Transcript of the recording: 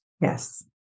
Yes